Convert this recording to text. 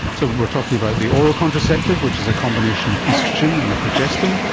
so we are talking about the oral contraception, which is a combination of oestrogen and a progestin,